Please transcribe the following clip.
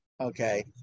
Okay